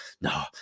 No